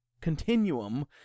continuum